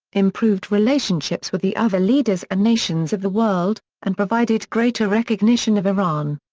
improved relationships with the other leaders and nations of the world, and provided greater recognition of iran.